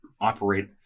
operate